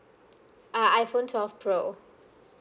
uh iPhone twelve pro